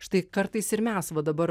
štai kartais ir mes va dabar